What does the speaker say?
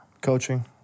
Coaching